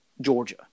Georgia